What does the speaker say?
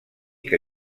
que